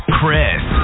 Chris